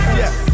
yes